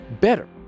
better